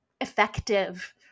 effective